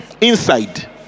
inside